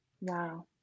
Wow